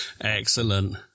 excellent